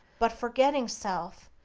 but, forgetting self,